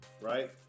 right